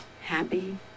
happy